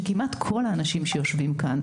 שכמעט כל האנשים שיושבים כאן,